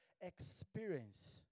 experience